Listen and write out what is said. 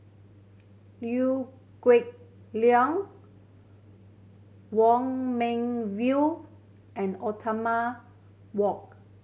Liew Geok Leong Wong Meng Voon and Othman Wok